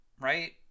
right